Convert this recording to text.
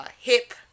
hip